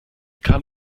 kam